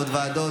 עוד ועדות?